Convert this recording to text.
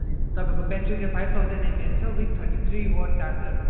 अनि तपाईँको ब्याट्री चाहिँ फाइभ थाउजन्ड एमएच छ with thirty three watt charger